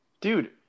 dude